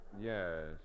Yes